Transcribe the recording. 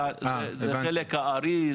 זה חלק הארי?